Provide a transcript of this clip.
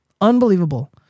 Unbelievable